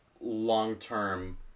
long-term